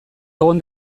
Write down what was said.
egon